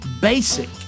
basic